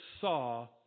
saw